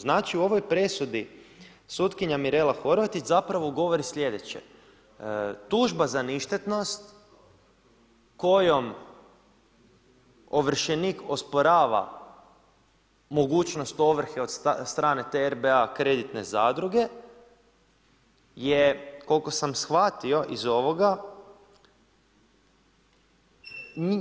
Znači u ovoj presudi sutkinja Mirela Horvatić zapravo govori sljedeće: Tužba za ništetnost kojom ovršenik osporava mogućnost ovrhe od strane te RBA kreditne zadruge je koliko sam shvatio iz ovoga